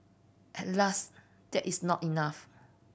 alas that is not enough